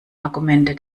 argumente